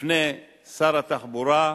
בפני שר התחבורה,